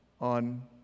on